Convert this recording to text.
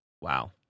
wow